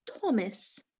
thomas